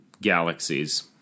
galaxies